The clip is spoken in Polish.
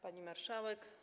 Pani Marszałek!